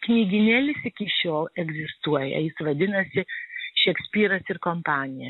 knygynėlis iki šiol egzistuoja jis vadinasi šekspyras ir kompanija